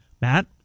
Matt